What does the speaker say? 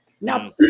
Now